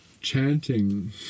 chanting